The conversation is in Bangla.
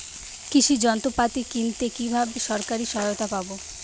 কৃষি যন্ত্রপাতি কিনতে কিভাবে সরকারী সহায়তা পাব?